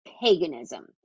paganism